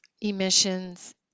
emissions